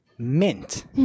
Mint